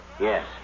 Yes